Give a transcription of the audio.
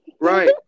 Right